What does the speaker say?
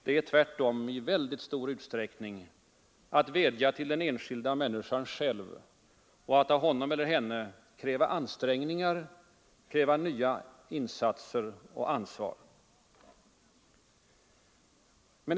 Det är tvärtom i väldigt stor utsträckning att vädja till den enskilda människan själv, att av henne eller honom kräva ansträngningar, kräva nya insatser och ansvar.